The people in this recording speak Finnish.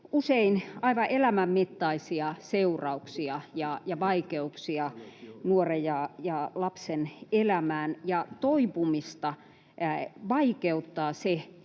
usein aivan elämänmittaisia seurauksia ja vaikeuksia nuoren ja lapsen elämään, ja toipumista vaikeuttaa se,